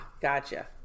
gotcha